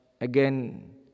again